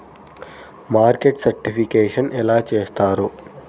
Market certification ఎలా చేస్తారు?